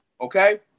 Okay